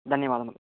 ధన్యవాదములు